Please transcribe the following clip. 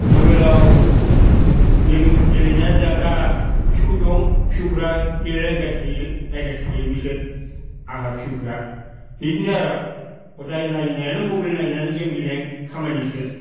मबाइलाव गेम गेलेनाया दा फिसौ दं फिसौफोरा गेलेलायबाय थायो नायबाय थायो बिसोर आंहा फिसौफोरा बिदिनो आर' हदाय नायनायानो मबाइल नायनायानो गेम गेलेनायानो खामानिसो